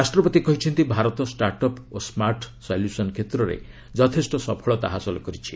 ରାଷ୍ଟ୍ରପତି କହିଛନ୍ତି Bharat startup ଓ ସ୍କାର୍ଟ ସଲ୍ୟୁସନ୍ କ୍ଷେତ୍ରରେ ଯଥେଷ୍ଟ ସଫଳତା ହାସଲ କରିଛି